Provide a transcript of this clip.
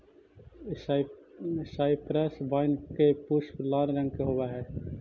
cypress wine के पुष्प लाल रंग के होवअ हई